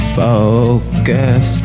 focus